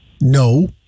No